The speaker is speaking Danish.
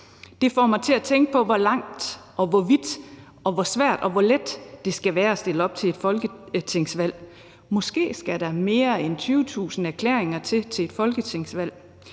Det får mig til at tænke på, hvor langt eller hvor vidt vi skal gå, og hvor svært eller hvor let det skal være at stille op til et folketingsvalg. Måske skal der mere end 20.000 erklæringer til for at